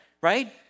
right